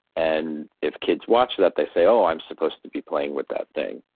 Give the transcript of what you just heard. and if kids watch that they say, oh, i'm supposed to be playing with that thing,